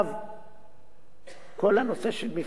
כל הנושא של מפלגה בא מדור הפְּלגה,